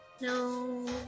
No